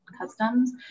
customs